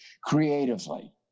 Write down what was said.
creatively